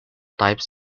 types